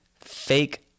fake